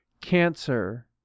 cancer